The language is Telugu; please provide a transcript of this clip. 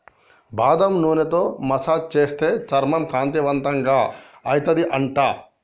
బాదం నూనెతో మసాజ్ చేస్తే చర్మం కాంతివంతంగా అయితది అంట